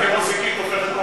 כמו זיקית,